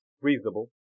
reasonable